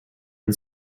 and